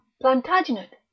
Plantagenet